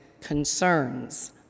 concerns